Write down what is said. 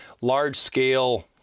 large-scale